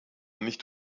nicht